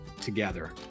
together